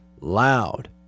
loud